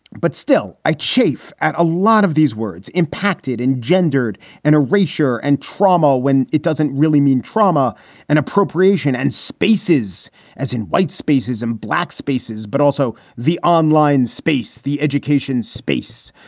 but still, i chafe at a lot of these words impacted and gendered and erasure and trauma when it doesn't really mean trauma and appropriation and spaces as in white spaces and black spaces. but also the online space, the education space.